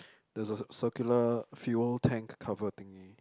there's a circular fuel tank cover thingy